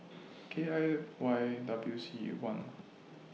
K I Y W C one